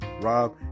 Rob